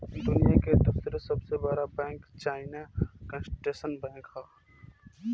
दुनिया के दूसर सबसे बड़का बैंक चाइना कंस्ट्रक्शन बैंक ह